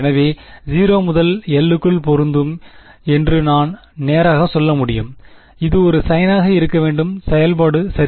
எனவே இது 0 முதல் l க்குள் பொருந்தும் என்று நான் நேராக சொல்ல முடியும் இது ஒரு சைனாக இருக்க வேண்டும் செயல்பாடு சரி